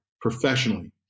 professionally